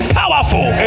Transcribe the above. powerful